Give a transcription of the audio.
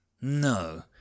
No